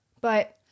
But-